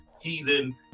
heathen